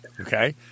Okay